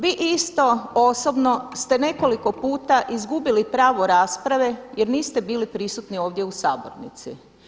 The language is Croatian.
Vi isto osobno ste nekoliko puta izgubili pravo rasprave jer niste bili prisutni ovdje u sabornici.